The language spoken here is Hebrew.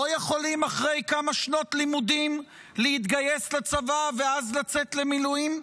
יכולים אחרי כמה שנות לימודים להתגייס לצבא ואז לצאת למילואים?